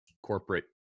corporate